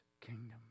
kingdom